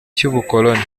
cy’ubukoloni